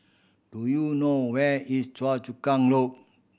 do you know where is Choa Chu Kang Loop